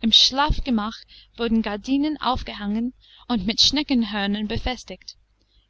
im schlafgemach wurden gardinen aufgehangen und mit schneckenhörnern befestigt